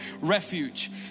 refuge